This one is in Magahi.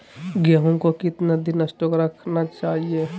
गेंहू को कितना दिन स्टोक रखना चाइए?